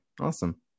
awesome